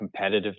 competitiveness